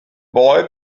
boy